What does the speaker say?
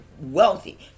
wealthy